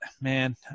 Man